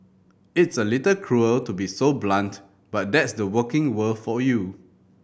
it's a little cruel to be so blunt but that's the working world for you